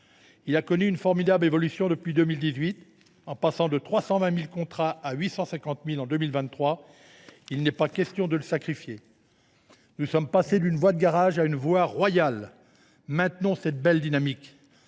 a connu une formidable évolution depuis 2018, passant de 320 000 contrats à 849 000 en 2023. Il n’est pas question de le sacrifier. Nous sommes passés d’une voie de garage à une voie royale : maintenons cette belle dynamique.